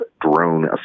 drone